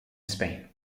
spain